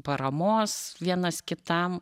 paramos vienas kitam